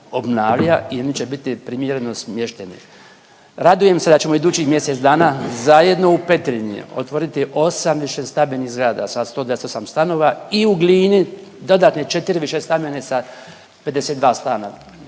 obnavlja i oni će biti primjereno smješteni. Radujem se da ćemo idućih mjesec dana zajedno u Petrinji otvoriti 8 višestambenih zgrada sa 128 stanova i u Glini dodatne 4 višestambene sa 52 stana.